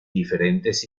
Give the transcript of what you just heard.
diferentes